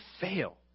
fail